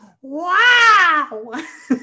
Wow